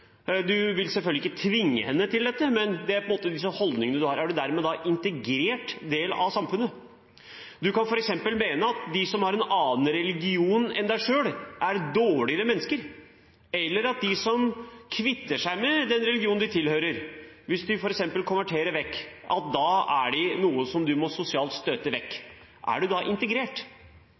vil selvfølgelig ikke tvinge henne til dette, men det er en holdning man har. Er man da en integrert del av samfunnet? Man kan f.eks. mene at de som har en annen religion enn en selv, er dårligere mennesker, eller at de som kvitter seg med den religionen de tilhører – hvis de f.eks. konverterer – er noen man må støte vekk sosialt. Er man da integrert?